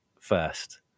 first